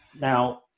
Now